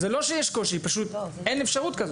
זה לא שיש קושי אלא פשוט אין אפשרות כזאת.